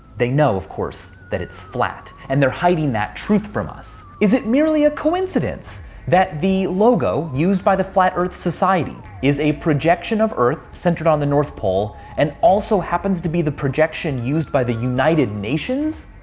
they know, of course, that it's flat. and they're hiding that truth from us. is it merely a coincidence that the logo used by the flat earth society is a projection of earth, centred on the north pole, and also happens to be the projection used by the united nations?